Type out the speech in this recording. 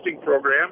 program